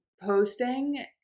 posting